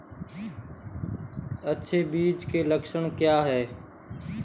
अच्छे बीज के लक्षण क्या हैं?